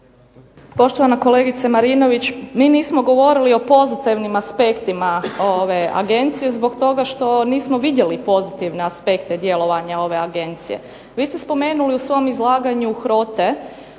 Poštovana kolegice Marinović mi nismo govorili o pozitivnim aspektima ove Agencije zbog toga što nismo vidjeli pozitivne aspekte djelovanja ove Agencije. Vi ste spomenuli u svom izlaganju HROTE,